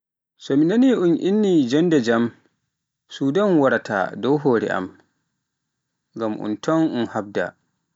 So mi naani un inni jonde jaam, Sudan waraata dow hore am, ngam un ton un habda.